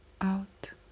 out